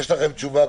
יש לכם תשובה?